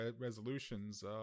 resolutions